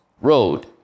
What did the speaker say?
road